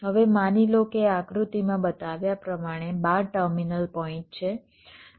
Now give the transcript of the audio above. હવે માની લો કે આ આકૃતિમાં બતાવ્યા પ્રમાણે 12 ટર્મિનલ પોઇન્ટ છે